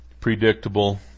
predictable